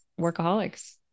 workaholics